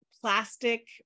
plastic